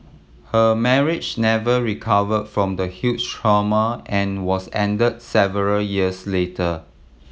her marriage never recover from the huge trauma and was end several years later